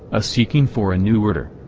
a seeking for a new order.